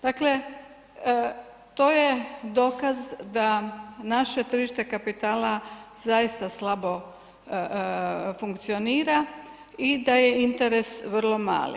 Dakle, to je dokaz da naše tržište kapitala zaista slabo funkcionira i da je interes vrlo mali.